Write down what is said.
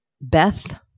Beth